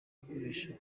ukoresha